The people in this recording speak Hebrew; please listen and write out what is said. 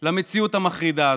של המציאות המחרידה הזו.